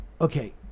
Okay